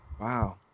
wow